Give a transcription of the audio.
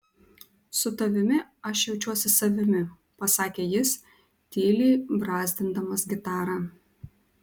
su tavimi aš jaučiuosi savimi pasakė jis tyliai brązgindamas gitarą